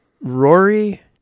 Rory